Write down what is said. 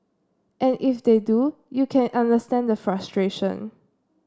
and if they do you can understand the frustration